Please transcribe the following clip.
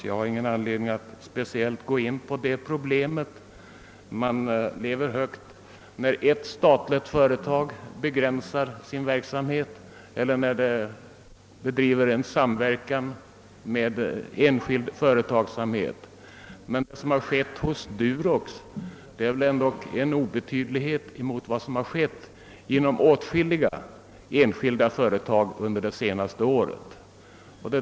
Jag har ingen anledning att speciellt gå in på det problemet. Oppositionen lever högt på att ett statligt företag begränsar sin verksamhet eller bedriver samverkan med enskild företagsamhet. Men det som hänt med Durox är väl ändå en obetydlighet jämfört med vad som hänt inom åtskilliga enskilda företag under det senaste året.